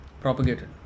propagated